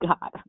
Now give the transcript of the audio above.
God